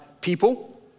people